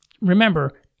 remember